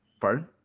Pardon